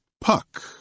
Puck